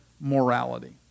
morality